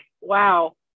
Wow